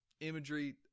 imagery